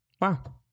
Wow